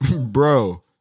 bro